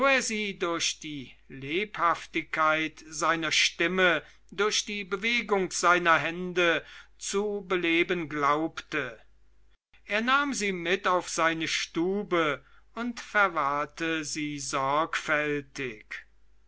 durch die lebhaftigkeit seiner stimme durch die bewegung seiner hände zu beleben glaubte er nahm sie mit auf seine stube und verwahrte sie sorgfältig